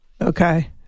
Okay